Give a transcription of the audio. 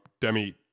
Demi